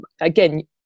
again